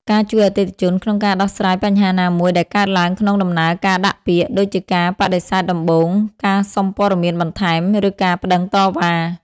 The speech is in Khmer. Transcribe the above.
ការជួយអតិថិជនក្នុងការដោះស្រាយបញ្ហាណាមួយដែលកើតឡើងក្នុងដំណើរការដាក់ពាក្យ ដូចជាការបដិសេធដំបូង ការសុំព័ត៌មានបន្ថែម ឬការប្តឹងតវ៉ា។